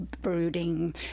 brooding